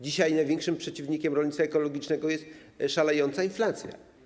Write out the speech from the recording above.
Dzisiaj największym przeciwnikiem rolnictwa ekologicznego jest szalejąca inflacja.